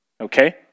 Okay